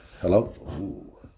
Hello